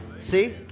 See